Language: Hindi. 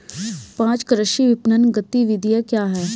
पाँच कृषि विपणन गतिविधियाँ क्या हैं?